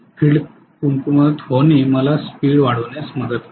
field कमकुवत होणे मला स्पीड वाढवण्यास मदत करेल